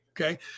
Okay